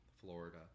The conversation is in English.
Florida